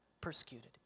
persecuted